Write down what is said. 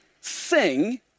sing